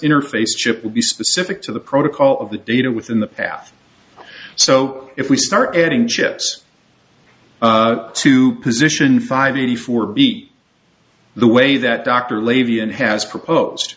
interface chip will be specific to the protocol of the data within the path so if we start adding ships to position five eighty four b the way that dr levy and has proposed